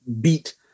beat